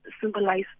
symbolize